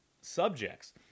subjects